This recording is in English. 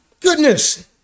goodness